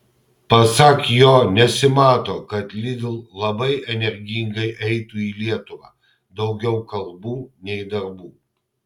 pasak jo nesimato kad lidl labai energingai eitų į lietuvą daugiau kalbų nei darbų